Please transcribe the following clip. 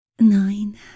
nine